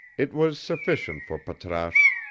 it was sufficient for patrasche.